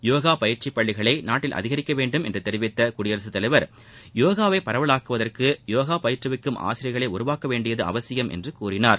யோகா பயிற்சிப் பள்ளிகளை நாட்டில் அதிகரிக்க வேண்டும் என தெரிவித்த குடியரசு தலைவர் போகாவை பரவலாக்குவதற்கு யோகா பயிற்றுவிக்கும் ஆசிரியர்களை உருவாக்க வேண்டியது அவசியம் என்றும் கூறினார்